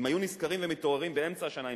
אם היו נזכרים ומתעוררים באמצע השנה,